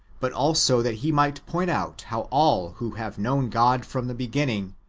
but also that he might point out how all who have known god from the beginning,